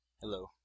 Hello